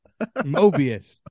Mobius